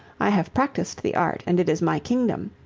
i have practised the art and it is my kingdom.